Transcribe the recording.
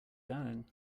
going